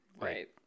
Right